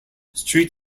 street